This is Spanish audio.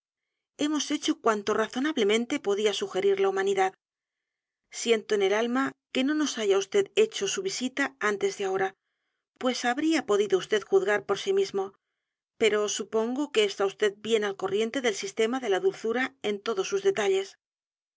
hemos hecho cuanto razonablemente podía sugerir la humanidad siento en el alma que no nos haya vd hecho su visita antes de ahora pues habría vd podido j u z g a r por sí mismo pero supongo que está vd bien al corriente del sistema de la dulzura en todos sus detalles